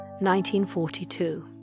1942